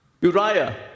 Uriah